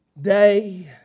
day